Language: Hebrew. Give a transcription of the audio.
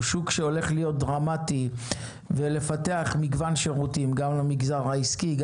הוא שוק שהולך דרמטי ולפתח מגוון שירותים גם למגזר העסקי,